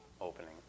opening